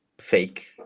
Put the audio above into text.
fake